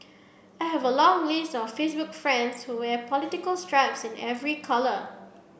I have a long list of Facebook friends who wear political stripes in every colour